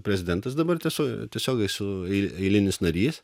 prezidentas dabar tiesa tiesiog esu eilinis narys